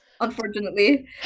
unfortunately